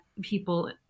people